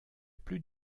plus